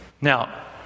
Now